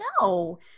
No